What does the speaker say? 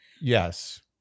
yes